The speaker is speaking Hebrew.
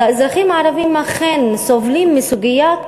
אז האזרחים הערבים אכן סובלים מסוגיית